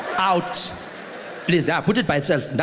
out please ah put it by it's self,